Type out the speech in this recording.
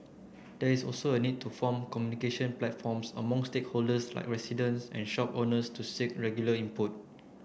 there is also a need to form communication platforms among like residents and shop owners to seek regular input